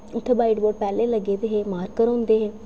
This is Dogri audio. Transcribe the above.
उत्थै बाइटबोर्ड पैह्लें लग्गे दे हे मार्कर होंदे हे